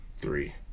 Three